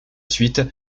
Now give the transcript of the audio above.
suite